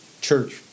church